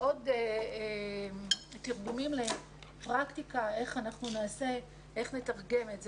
עוד תרגומים לפרקטיקה, איך נתרגם את זה.